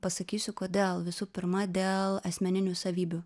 pasakysiu kodėl visų pirma dėl asmeninių savybių